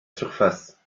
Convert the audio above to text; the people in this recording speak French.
surface